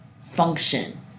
function